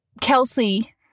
Kelsey